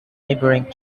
neighbouring